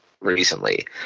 recently